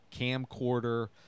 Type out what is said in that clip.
camcorder